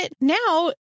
now